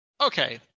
Okay